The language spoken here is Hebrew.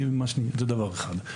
זה דבר אחד.